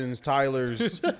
Tylers